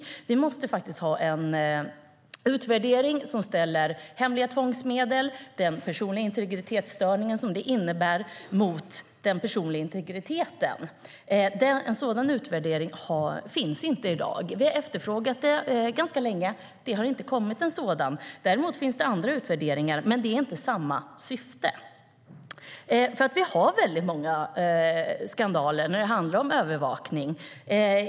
Det måste faktiskt ske en utvärdering som ställer hemliga tvångsmedel och den störning som de innebär i den personliga integriteten mot värnandet av den personliga integriteten. En sådan utvärdering finns inte i dag. Vi har efterfrågat en sådan länge, men det har inte kommit en utvärdering. Däremot finns andra utvärderingar, men de har inte haft samma syfte. Det sker många skandaler när det handlar om övervakning.